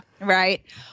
Right